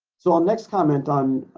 so i'll next comment on